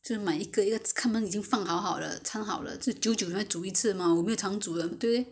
一个一个 他们已经放好好了参好了是久久才煮一次吗我没有常煮的对不对